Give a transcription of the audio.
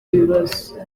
ibibazo